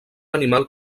animal